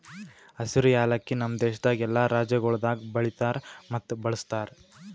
ಹಸಿರು ಯಾಲಕ್ಕಿ ನಮ್ ದೇಶದಾಗ್ ಎಲ್ಲಾ ರಾಜ್ಯಗೊಳ್ದಾಗ್ ಬೆಳಿತಾರ್ ಮತ್ತ ಬಳ್ಸತಾರ್